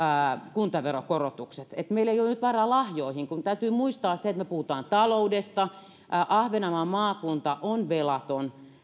kuntaverokorotukset eli meillä ei ole nyt varaa lahjoihin täytyy muistaa se että me puhumme taloudesta ahvenanmaan maakunta on velaton